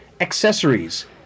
accessories